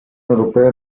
europea